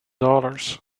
dollars